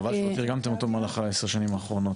חבל שלא תרגמתם אותו במהלך עשר השנים האחרונות.